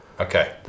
Okay